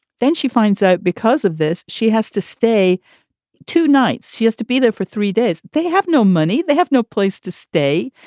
then she finds out because of this, she has to stay two nights. she has to be there for three days. they have no money. they have no place to stay.